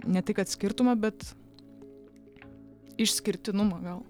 ne tai kad skirtumą bet išskirtinumą gal